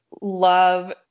love